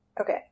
Okay